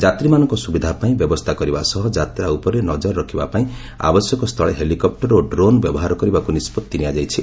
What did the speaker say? ଯାତ୍ରୀମାନଙ୍କ ସୁବିଧାପାଇଁ ବ୍ୟବସ୍ଥା କରିବା ସହ ଯାତ୍ରା ଉପରେ ନଜର ରଖିବାପାଇଁ ଆବଶ୍ୟକ ସ୍ଥଳେ ହେଲିକପ୍ଟର ଓ ଡ୍ରୋନ୍ ବ୍ୟବହାର କରିବାକୁ ନିଷ୍ପଭି ନିଆଯାଇଛି